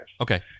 Okay